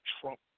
Trump